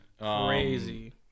Crazy